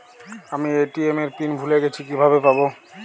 আমি এ.টি.এম এর পিন ভুলে গেছি কিভাবে পাবো?